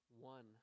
one